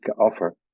offer